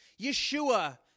Yeshua